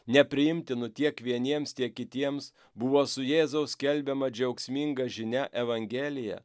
nepriimtinu tiek vieniems tiek kitiems buvo su jėzaus skelbiama džiaugsminga žinia evangelija